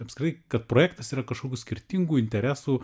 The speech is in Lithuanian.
apskritai kad projektas yra kažkokių skirtingų interesų